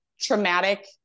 traumatic